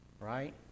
right